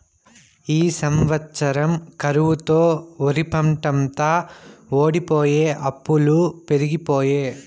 ఈ సంవత్సరం కరువుతో ఒరిపంటంతా వోడిపోయె అప్పులు పెరిగిపాయె